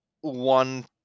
one